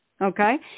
okay